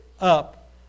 up